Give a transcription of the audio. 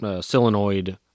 solenoid